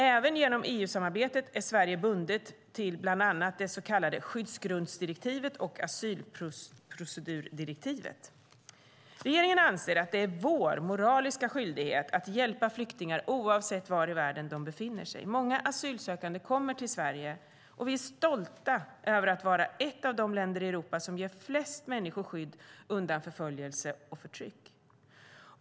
Även genom EU-samarbetet är Sverige bundet till bland annat skyddsgrundsdirektivet och asylprocedurdirektivet. Regeringen anser att det är vår moraliska skyldighet att hjälpa flyktingar oavsett var i världen de befinner sig. Många asylsökande kommer till Sverige, och vi är stolta över att vara ett av de länder i Europa som ger flest människor skydd undan förföljelse och förtyck.